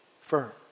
firm